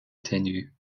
tenues